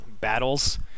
battles